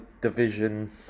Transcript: division